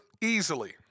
easily